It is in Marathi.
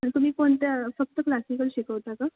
आणि तुम्ही कोणत्या फक्त क्लासिकल शिकवता का